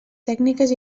tècniques